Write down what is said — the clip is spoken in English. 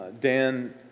Dan